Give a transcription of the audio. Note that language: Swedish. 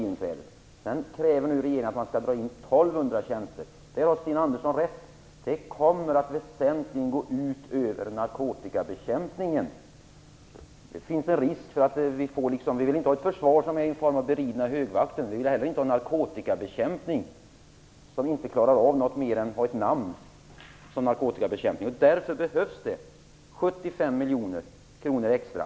Nu kräver regeringen att man skall dra in 1 200 tjänster. Där har Sten Andersson rätt: Det kommer väsentligen att gå ut över narkotikabekämpningen. Vi vill inte ha ett försvar i form av beridna högvakter, och vi vill inte heller ha en narkotikabekämpning som inte klarar av något mer än att kallas för narkotikabekämpning. Därför behövs det 75 miljoner kronor extra.